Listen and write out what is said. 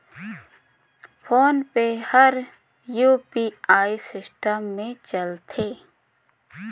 phone पे हर UPI system मे चलथे